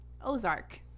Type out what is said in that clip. Ozark